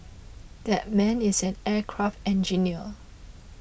that man is an aircraft engineer